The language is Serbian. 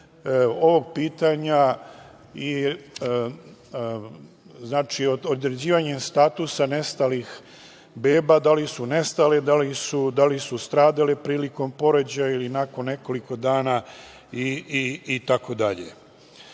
ovih pitanja, određivanja statusa nestalih beba, da li su nestale, da li su stradale prilikom porođaja ili nakon nekoliko dana itd. Dakle,